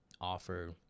offer